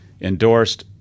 endorsed